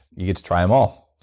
you get to try them all.